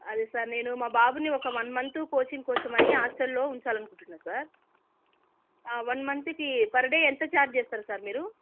అదే సార్ నేను మా బాబుని ఒక వన్ మంతు కోచింగ్ కోసం అనీ హాస్టల్లో ఉంచాలి అనుకుంటున్నాను సార్ వన్ మంత్కి పర్ డే ఎంత ఛార్జ్ చేస్తారు సార్ మీరు